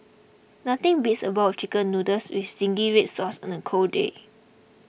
nothing beats a bowl of Chicken Noodles with Zingy Red Sauce on a cold day